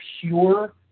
pure